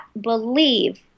believe